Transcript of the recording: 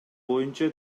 боюнча